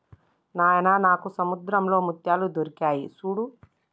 నాయిన నాకు సముద్రంలో ముత్యాలు దొరికాయి సూడు